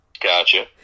Gotcha